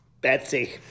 Betsy